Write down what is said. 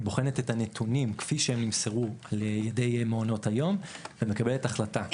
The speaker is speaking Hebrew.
היא בוחנת את הנתונים כפי שהם נמסרו לידי מעונות היום ומקבלת החלטה.